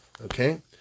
okay